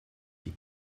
die